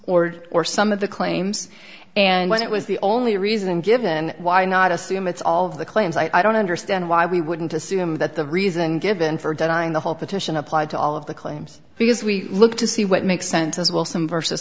or or some of the claims and when it was the only reason given why not assume it's all of the claims i don't understand why we wouldn't assume that the reason given for denying the whole petition applied to all of the claims because we look to see what makes sense as well some versus